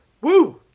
Woo